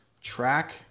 Track